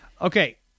Okay